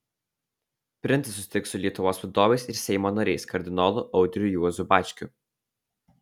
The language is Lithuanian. princas susitiks su lietuvos vadovais ir seimo nariais kardinolu audriu juozu bačkiu